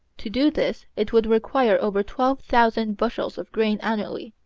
to do this it would require over twelve thousand bushels of grain annually,